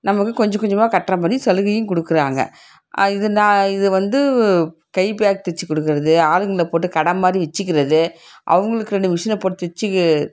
நமக்கு கொஞ்சம் கொஞ்சமாக கட்டுற மாதிரி சலுகையும் கொடுக்கறாங்க அது இது நான் இது வந்து கை பேக் தைச்சு கொடுக்கறது ஆளுகள போட்டு கடை மாதிரி வெச்சிக்கறது அவங்களுக்கு ரெண்டு மிஷினை போட்டு தைச்சு